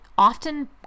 often